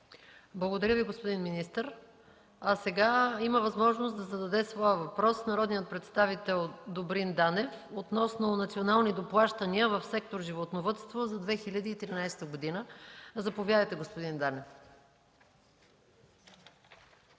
Благодаря Ви, господин министър. Сега има възможност да зададе своя въпрос народният представител Добрин Данев относно национални доплащания в сектор „Животновъдство” за 2013 г. Заповядайте, господин Данев.